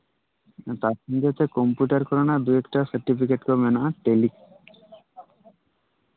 ᱟᱨ ᱛᱟᱨ ᱥᱚᱝᱜᱮ ᱠᱚᱢᱯᱤᱭᱩᱴᱟᱨ ᱠᱚᱨᱮᱱᱟᱜ ᱫᱩ ᱮᱠᱴᱟ ᱥᱟᱨᱴᱤᱯᱤᱠᱮᱴ ᱠᱚ ᱢᱮᱱᱟᱜᱼᱟ